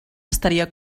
estaria